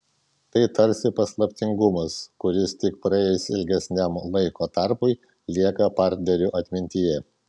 tai tarsi paslaptingumas kuris tik praėjus ilgesniam laiko tarpui lieka partnerių atmintyje